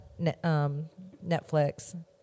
Netflix